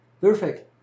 Perfect